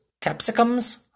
Capsicums